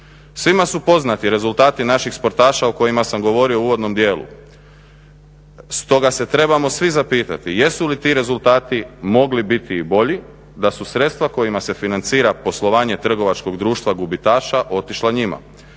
Svima su poznati rezultati naših sportaša o kojima sa govorio u uvodnom dijelu, stoga se trebamo svi zapitati jesu li ti rezultati mogli biti i bolji da su sredstva kojima se financira poslovanje trgovačkog društva gubitaša otišla njima.